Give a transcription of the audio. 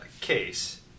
Case